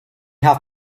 have